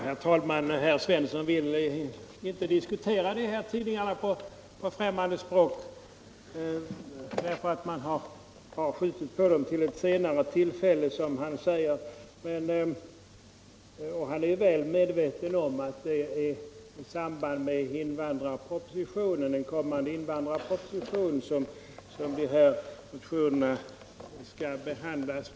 Herr talman! Herr Svensson i Eskilstuna vill inte diskutera dessa tidningar på främmande språk därför att man har skjutit upp behandlingen av dem till ett senare tillfälle, som han säger. Han är väl medveten om att det är i samband med en kommande invandrarproposition som de här motionerna skall behandlas.